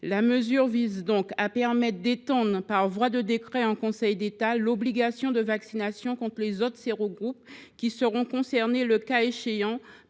L’amendement tend à permettre d’étendre, par voie de décret en Conseil d’État, l’obligation de vaccination contre les autres sérogroupes qui seront concernés, le cas échéant,